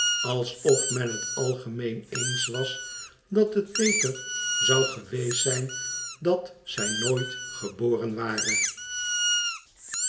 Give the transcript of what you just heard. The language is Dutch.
alsof men het algemeen eens was dat het beter zou geweest zijn dat zij nooit geboren ware